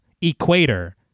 equator